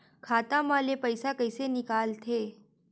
खाता मा ले पईसा कइसे निकल थे?